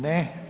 Ne.